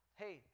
hey